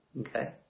okay